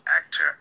actor